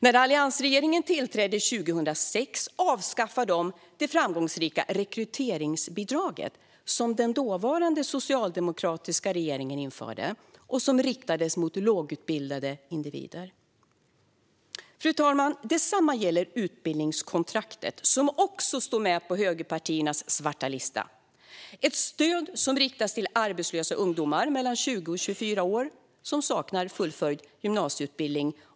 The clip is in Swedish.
När alliansregeringen tillträdde 2006 avskaffade den det framgångsrika rekryteringsbidraget som den dåvarande socialdemokratiska regeringen införde och som riktades mot lågutbildade individer. Fru talman! Detsamma gäller utbildningskontraktet, som också står med på högerpartiernas svarta lista. Det är ett stöd som riktas till arbetslösa ungdomar i åldern 20-24 år som saknar fullföljd gymnasieutbildning.